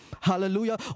Hallelujah